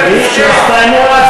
זאת בושה.